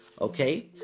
okay